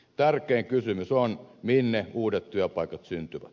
tärkein kysymys on minne uudet työpaikat syntyvät